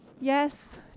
Yes